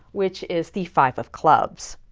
which is the five of clubs.